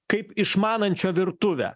kaip išmanančio virtuvę